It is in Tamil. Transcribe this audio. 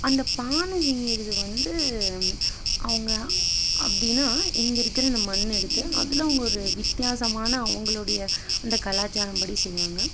அந்த பானை செய்யறது வந்து அவங்க அப்படின்னா இங்கே இருக்கிற இந்த மண்ணு எடுத்து அதில் அவங்க ஒரு வித்தியாசமான அவங்களுடைய இந்த கலாச்சாரம் படி செய்வாங்க